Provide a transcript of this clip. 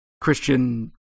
Christian